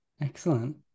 excellent